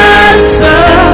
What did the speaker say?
answer